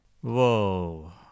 Whoa